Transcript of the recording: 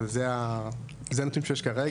אבל זה הנתונים שיש כרגע,